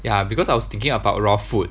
ya because I was thinking about raw food